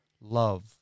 love